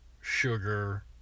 sugar